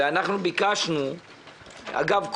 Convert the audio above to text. ואנחנו ביקשנו משגית להכין חוק אגב,